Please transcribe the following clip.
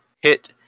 hit